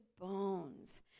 bones